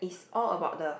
is all about the